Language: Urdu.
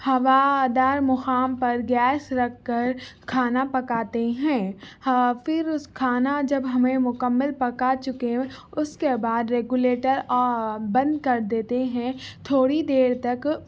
ہوادار مقام پر گیس رکھ کر کھانا پکاتے ہیں پھر اس کھانا جب ہمیں مکمل پکا چکے اس کے بعد ریگولیٹر بند کر دیتے ہیں تھوڑی دیر تک